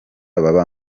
baba